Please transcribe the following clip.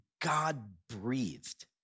God-breathed